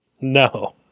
No